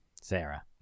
Sarah